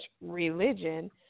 religion